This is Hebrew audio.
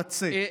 הוא מתמצא.